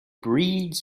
breeds